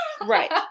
Right